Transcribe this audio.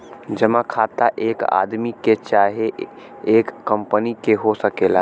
जमा खाता एक आदमी के चाहे एक कंपनी के हो सकेला